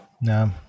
No